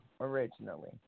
originally